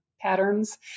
patterns